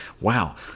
Wow